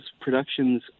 productions